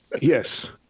Yes